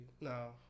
no